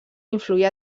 influir